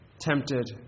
tempted